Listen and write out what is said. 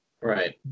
right